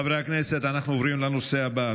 חברי הכנסת, אנחנו עוברים לנושא הבא.